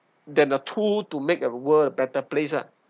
than a tool to make a world a better place lah